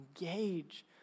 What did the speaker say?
engage